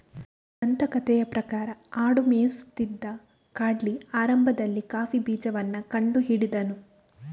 ದಂತಕಥೆಯ ಪ್ರಕಾರ ಆಡು ಮೇಯಿಸುತ್ತಿದ್ದ ಕಾಲ್ಡಿ ಆರಂಭದಲ್ಲಿ ಕಾಫಿ ಬೀಜವನ್ನ ಕಂಡು ಹಿಡಿದನು